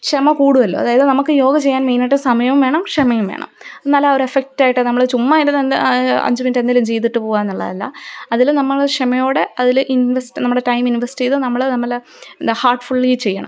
ക്ഷമ കൂടുവല്ലോ അതായത് നമുക്ക് യോഗ ചെയ്യാൻ മെയിനായിട്ട് സമയവും വേണം ക്ഷമയും വേണം എന്നാലേ ഒരെഫക്റ്റായിട്ട് നമ്മള് ചുമ്മായിതെന്താ അഞ്ച് മിനിറ്റ് എന്തേലും ചെയ്തിട്ട് പോവാനുള്ളതല്ല അതില് നമ്മള് ക്ഷമയോടെ അതില്ഇൻവെസ്റ്റ് നമ്മുടെ ടൈം ഇൻവെസ്റ്റെയ്ത് നമ്മള് എന്താ ഹാർട്ട് ഫുള്ളി ചെയ്യണം